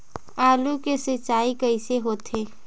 आलू के सिंचाई कइसे होथे?